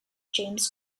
james